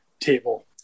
table